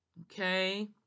okay